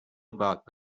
about